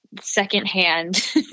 secondhand